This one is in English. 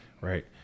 right